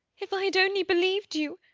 if i had only believed you!